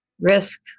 Risk